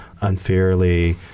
unfairly